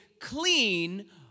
clean